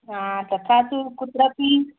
ह तथा तु कुत्रापि